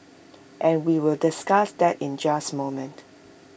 and we will discuss that in just moment